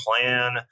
plan